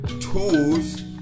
tools